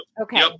Okay